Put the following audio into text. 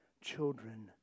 children